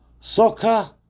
Soccer